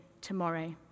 tomorrow